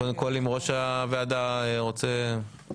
קודם כל אם ראש הוועדה רוצה --- כן,